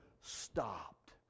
stopped